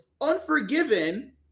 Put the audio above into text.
Unforgiven